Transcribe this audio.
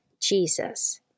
Jesus